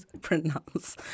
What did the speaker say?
pronounce